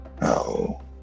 No